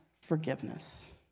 forgiveness